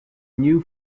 new